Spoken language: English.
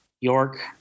York